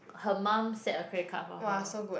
her mum set a credit card for her